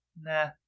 nah